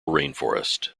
rainforest